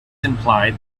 implied